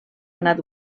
anat